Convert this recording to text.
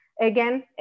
again